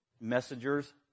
messengers